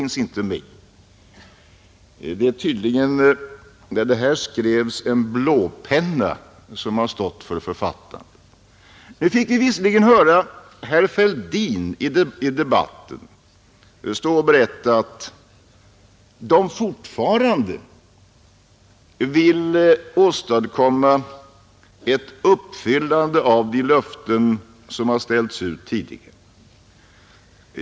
När den skrevs var det tydligen en blåpenna som stod för författandet. Nu fick vi visserligen höra herr Fälldin berätta att man fortfarande vill åstadkomma ett uppfyllande av de löften som tidigare lämnats.